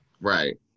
Right